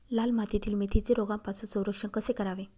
लाल मातीतील मेथीचे रोगापासून संरक्षण कसे करावे?